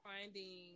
finding